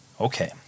Okay